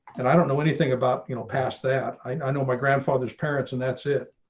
and i don't know anything about you know past that i know my grandfather's parents, and that's it.